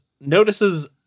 notices